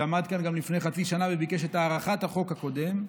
שעמד כאן גם לפני חצי שנה וביקש את הארכת החוק הקודם: